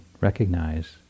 recognize